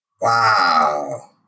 Wow